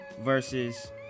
versus